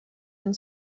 and